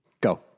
Go